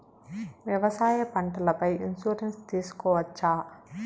వ్యవసాయ పంటల పై ఇన్సూరెన్సు తీసుకోవచ్చా?